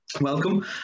Welcome